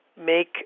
make